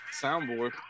soundboard